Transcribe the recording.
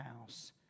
house